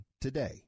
today